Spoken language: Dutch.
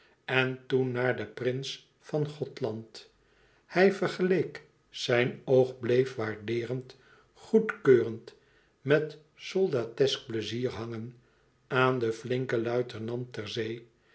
en toen naar den prins van gothland hij vergeleek zijn oog bleef waardeerend goedkeurend met soldatesk pleizier hangen aan den flinken